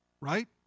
Right